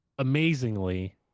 amazingly